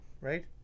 right